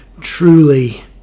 truly